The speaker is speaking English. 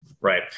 right